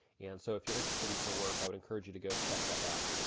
and so if you're interested in her work i would encourage you to go check that out.